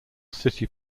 city